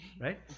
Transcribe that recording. right